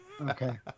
Okay